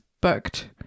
booked